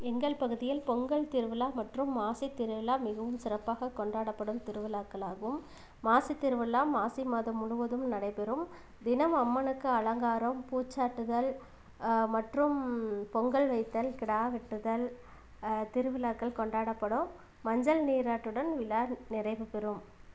எங்கள் பகுதியில் பொங்கல் திருவிழா மற்றும் மாசித்திருவிழா மிகவும் சிறப்பாக கொண்டாடப்படும் திருவிழாக்கள் ஆகும் மாசித்திருவிழா மாசி மாதம் முழுவதும் நடைபெறும் தினம் அம்மனுக்கு அலங்காரம் பூச்சாட்டுதல் மற்றும் பொங்கல் வைத்தல் கிடா வெட்டுதல் திருவிழாக்கள் கொண்டாடப்படும் மஞ்சள் நீராட்டுடன் விழா நிறைவு பெறும்